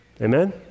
Amen